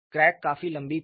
crack काफी लंबी थी